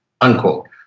unquote